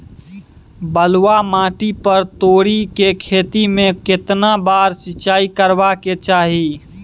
बलुआ माटी पर तोरी के खेती में केतना बार सिंचाई करबा के चाही?